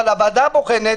אבל הוועדה הבוחנת,